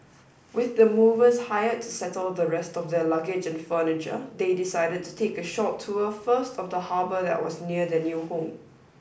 with the movers hired to settle the rest of their luggage and furniture they decided to take a short tour first of the harbour that was near their new home